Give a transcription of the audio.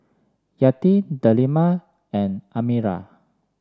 Yati Delima and Amirah